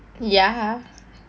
ya